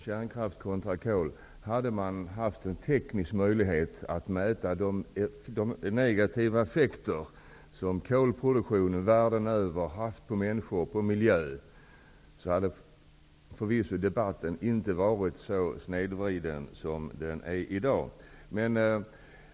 Herr talman! Om man hade haft en teknisk möjlighet att mäta de negativa effekter som kolproduktion haft på människor och miljö världen över, hade debatten om kärnkraft kontra kol förvisso inte varit så snedvriden som den är i dag.